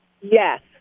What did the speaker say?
Yes